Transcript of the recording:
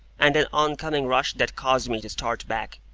and an oncoming rush that caused me to start back,